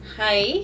Hi